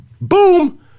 Boom